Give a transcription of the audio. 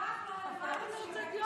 חבר הכנסת גפני,